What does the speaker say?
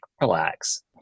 relax